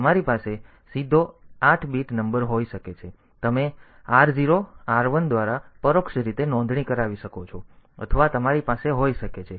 તેથી તમારી પાસે સીધો 8 બીટ નંબર હોઈ શકે છે તમે R 0 R 1 દ્વારા પરોક્ષ રીતે નોંધણી કરાવી શકો છો અથવા તમારી પાસે હોઈ શકે છે